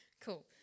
Cool